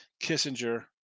Kissinger